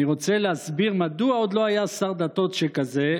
אני רוצה להסביר מדוע עוד לא היה שר דתות שכזה,